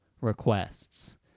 requests